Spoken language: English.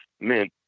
men